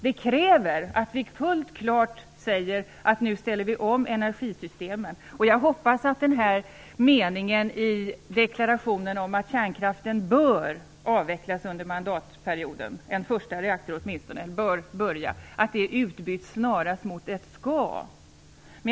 Detta kräver att vi klart säger att vi nu ställer om energisystemen. Jag hoppas att den mening i regeringsdeklarationen där det står att avvecklingen av kärnkraften bör inledas under mandatperioden, åtminstone med en första reaktor, snarast ändras så att bör byts ut mot skall.